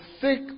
sick